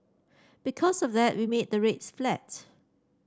because of that we made the rates flat